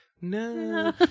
no